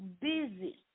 busy